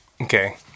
Okay